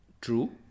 true